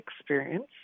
experience